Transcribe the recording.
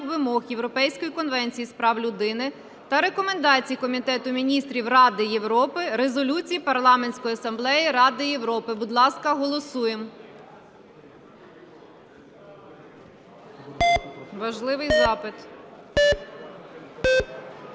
вимог Європейської конвенції з прав людини та рекомендацій Комітету Міністрів Ради Європи, резолюцій Парламентської асамблеї Ради Європи. Будь ласка, голосуємо. Важливий запит. 13:07:39 За-173